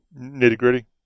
nitty-gritty